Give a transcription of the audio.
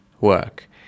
work